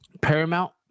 Paramount